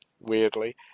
weirdly